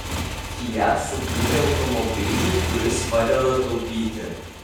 fiat sukūrė automobilį kuris padeda taupyti